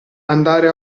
andare